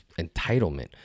entitlement